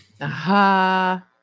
Aha